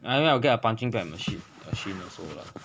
I mean I'll get a punching bag machine also lah